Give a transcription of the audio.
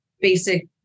basic